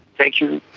thank you.